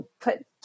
put